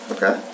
Okay